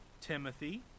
Timothy